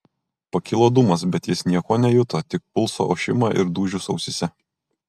pakilo dūmas bet jis nieko nejuto tik pulso ošimą ir dūžius ausyse